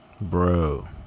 Bro